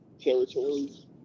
territories